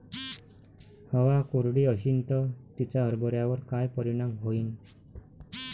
हवा कोरडी अशीन त तिचा हरभऱ्यावर काय परिणाम होईन?